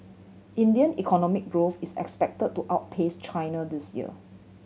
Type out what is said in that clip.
India economic growth is expected to outpace China this year